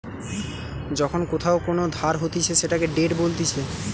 যখন কোথাও কোন ধার হতিছে সেটাকে ডেট বলতিছে